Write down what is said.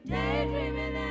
Daydreaming